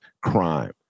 crime